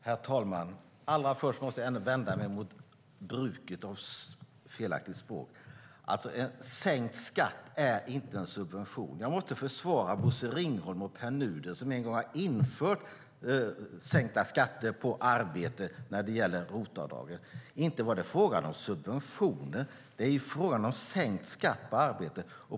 Herr talman! Allra först måste jag vända mig mot bruket av felaktigt språk. En sänkt skatt är inte en subvention. Jag måste försvara Bosse Ringholm och Pär Nuder som en gång införde sänkta skatter på arbete när det gäller ROT-avdraget. Inte var det frågan om subventioner. Det är frågan om sänkt skatt på arbete.